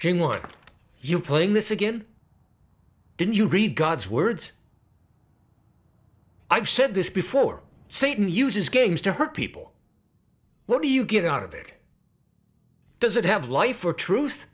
want you playing this again didn't you read god's word i've said this before satan uses games to hurt people what do you get out of it does it have life or truth